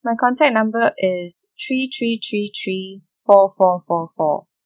my contact number is three three three three four four four four